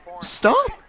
stop